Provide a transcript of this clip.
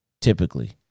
Typically